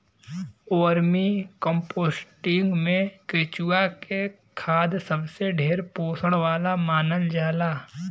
vermicomposting में केचुआ के खाद सबसे ढेर पोषण वाला मानल जाला